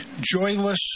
joyless